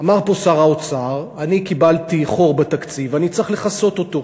אמר פה שר האוצר: אני קיבלתי חור בתקציב ואני צריך לכסות אותו.